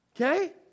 Okay